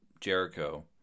Jericho